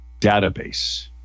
database